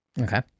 Okay